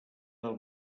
del